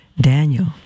Daniel